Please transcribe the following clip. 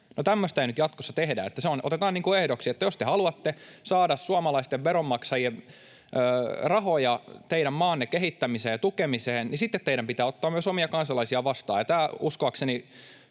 tämmöistä ei nyt jatkossa tehdä, niin että se otetaan ehdoksi, että jos te haluatte saada suomalaisten veronmaksajien rahoja teidän maanne kehittämiseen ja tukemiseen, niin sitten teidän pitää myös ottaa omia kansalaisia vastaan. Tämä uskoakseni